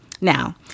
Now